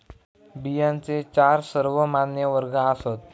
बियांचे चार सर्वमान्य वर्ग आसात